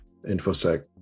infosec